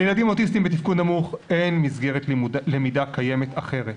לילדים אוטיסטים בתפקוד נמוך אין מסגרת למידה קיימת אחרת,